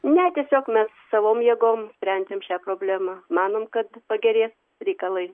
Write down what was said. ne tiesiog mes savom jėgom sprendžiam šią problemą manom kad pagerės reikalai